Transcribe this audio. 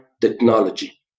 technology